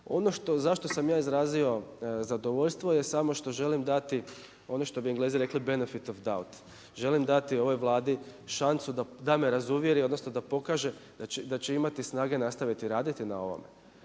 što zašto sam ja izrazio zadovoljstvo je samo što želim dati ono što bi Englezi rekli benefit of the doubt. Želim dati ovoj Vladi šansu da me razuvjeri, odnosno da pokaže da će imati snage nastaviti raditi na ovome.